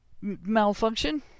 malfunction